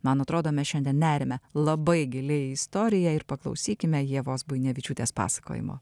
man atrodo mes šiandien neriame labai giliai į istoriją ir paklausykime ievos buinevičiūtės pasakojimo